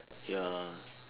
ya